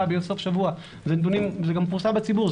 בסוף שבוע אלו נתונים זה גם פורסם בציבור,